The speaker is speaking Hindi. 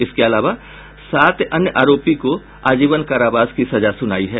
इसके अलावा सात अन्य आरोपी को आजीवन कारावास की सजा सुनाई है